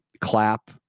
clap